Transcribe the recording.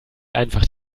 einfach